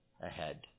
ahead